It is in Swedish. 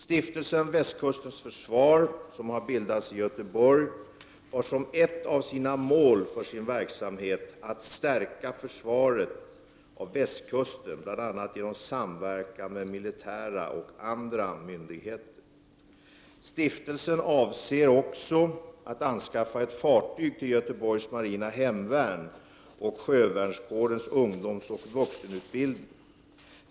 Stiftelsen Västkustens försvar som har bildats i Göteborg har som ett av målen för sin verksamhet att ”stärka försvaret av Västkusten bl.a. genom samverkan med militära och andra myndigheter”. Stiftelsen avser också att anskaffa ett fartyg till Göteborgs marina hemvärn och sjövärnskårens ungdomsoch vuxenutbildning.